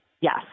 Yes